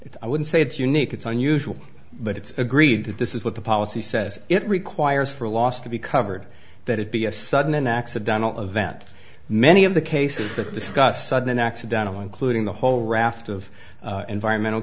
policy i would say it's unique it's unusual but it's agreed that this is what the policy says it requires for a loss to be covered that it be a sudden an accidental event many of the cases that discuss sudden accidental including the whole raft of environmental